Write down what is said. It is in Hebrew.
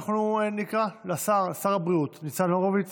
אנחנו נקרא לשר הבריאות ניצן הורוביץ